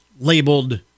labeled